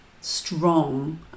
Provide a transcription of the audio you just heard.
strong